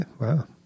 Wow